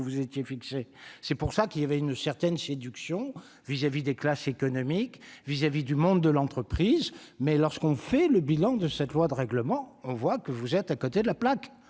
vous étiez fixé, c'est pour ça qu'il y avait une certaine séduction vis-à-vis des classes économiques vis-à-vis du monde de l'entreprise, mais lorsqu'on fait le bilan de cette loi de règlement, on voit que vous êtes à côté de la plaque